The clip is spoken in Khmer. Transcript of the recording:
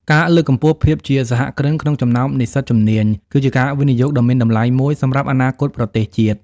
ការលើកកម្ពស់ភាពជាសហគ្រិនក្នុងចំណោមនិស្សិតជំនាញ គឺជាការវិនិយោគដ៏មានតម្លៃមួយសម្រាប់អនាគតប្រទេសជាតិ។